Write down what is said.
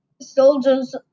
Soldiers